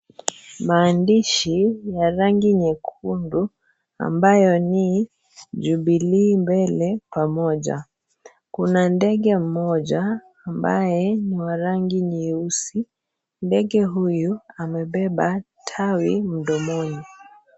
Maandishi ya rangi nyekundu, ambayo ni, Jubilee Mbele Pamoja. Kuna ndege mmoja, ambaye ni wa rangi nyeusi. Ndege huyu amebeba tawi mdomoni.